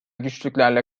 güçlüklerle